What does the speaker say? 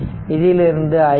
இதிலிருந்து ix 3